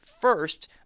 first